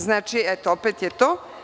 Znači, opet je to.